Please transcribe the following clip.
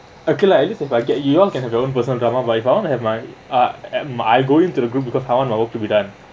okay lah at least if I get you all can have your own personal drama but if I want to have mine ah am I going into the group because I want my work to be done